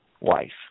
wife